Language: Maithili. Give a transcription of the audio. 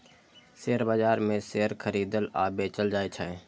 शेयर बाजार मे शेयर खरीदल आ बेचल जाइ छै